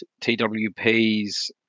TWP's